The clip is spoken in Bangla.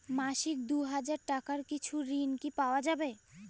মাসিক দুই হাজার টাকার কিছু ঋণ কি পাওয়া যাবে?